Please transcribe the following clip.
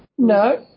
No